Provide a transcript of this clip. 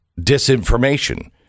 disinformation